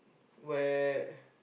where